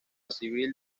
civil